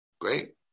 Great